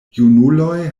junuloj